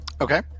okay